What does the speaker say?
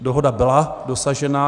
Dohoda byla dosažena.